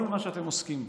כל מה שאתם עוסקים בו,